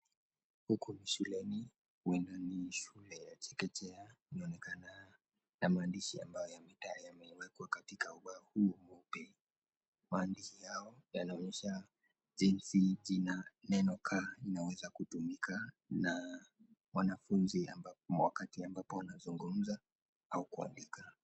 Huku ni shuleni huenda ni shule ya chekechea inaonekana na maandishi ambao yamewekwa katika ubao huu wote, Maandishi hayo yanaonyesha jinsi neno ka linaweza kutumika na mwanafuzi ambapo wakati ambapo anazungumza au kuandika.